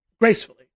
gracefully